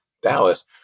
Dallas